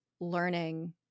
learning